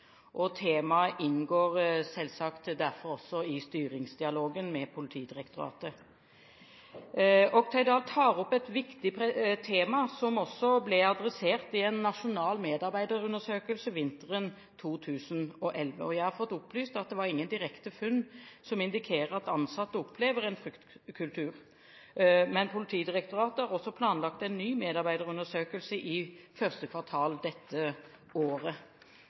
Temaet inngår derfor selvsagt i styringsdialogen med Politidirektoratet. Oktay Dahl tar opp et viktig tema som også ble adressert i en nasjonal medarbeiderundersøkelse vinteren 2011, og jeg har fått opplyst at det var ingen direkte funn som indikerte at ansatte opplever en fryktkultur. Politidirektoratet har også planlagt en ny medarbeiderundersøkelse i første kvartal